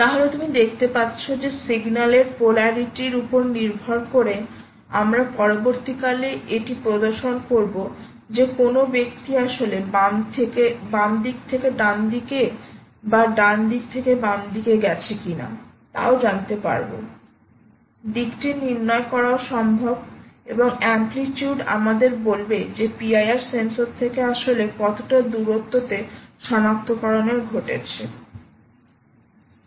তাহলে তুমি দেখতে পাচ্ছো যে সিগনালের পোলারিটির উপর নির্ভর করে আমরা পরবর্তীকালে এটি প্রদর্শন করব যে কোনও ব্যক্তি আসলে বাম দিক থেকে ডান দিক বা ডান দিক থেকে বাম দিকে গেছে কিনা তাও জানতে পারবো দিকটি নির্ণয় করাও সম্ভব এবং অ্যামপ্লিচিউড আমাদের বলবে যে PIR সেন্সর থেকে আসলে কতটা দূরত্ব তে সনাক্তকরণের ঘটেছে